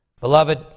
Beloved